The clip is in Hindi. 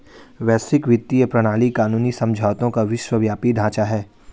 वैश्विक वित्तीय प्रणाली कानूनी समझौतों का विश्वव्यापी ढांचा है